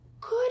good